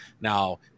Now